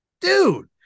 Dude